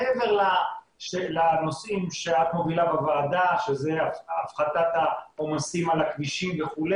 מעבר לנושאים שאת מובילה בוועדה שזה הפחתת העומסים על הכבישים וכו',